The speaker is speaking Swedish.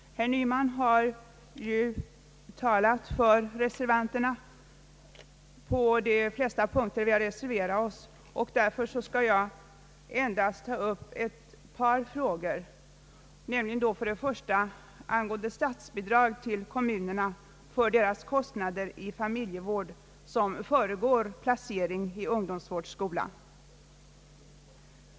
Herr Nyman har ju talat för reservanterna på de flesta punkter där vi har reserverat oss. Jag skall därför endast ta upp ett par frågor, först och främst statsbidraget till kommunerna för deras kostnader för den familjevård som föregår placering i ungdomsvårdsskola.